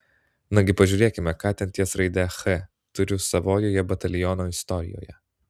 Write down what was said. nagi pažiūrėkime ką ten ties raide ch turiu savojoje bataliono istorijoje